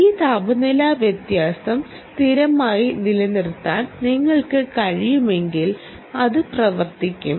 ഈ താപനില വ്യത്യാസം സ്ഥിരമായി നിലനിർത്താൻ നിങ്ങൾക്ക് കഴിയുമെങ്കിൽ ഇത് പ്രവർത്തിക്കും